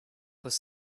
was